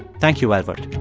thank you, elwood